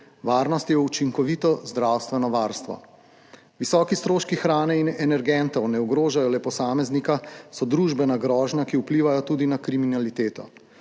Varnost je učinkovito zdravstveno varstvo. Visoki stroški hrane in energentov ne ogrožajo le posameznika, so družbena grožnja, ki vpliva tudi na kriminaliteto.